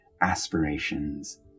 aspirations